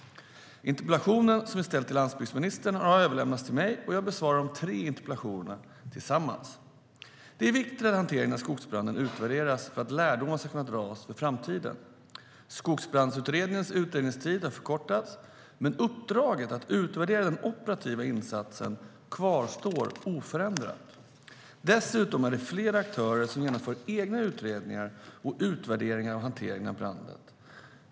Interpellationen som är ställd till landsbygdsministern har överlämnats till mig, och jag besvarar de tre interpellationerna tillsammans. Det är viktigt att hanteringen av skogsbranden utvärderas för att lärdomar ska kunna dras för framtiden. Skogsbrandsutredningens utredningstid har förkortats, men uppdraget att utvärdera den operativa insatsen kvarstår oförändrat. Dessutom är det flera aktörer som genomför egna utredningar och utvärderingar av hanteringen av branden.